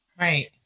Right